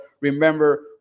Remember